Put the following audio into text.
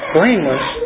Blameless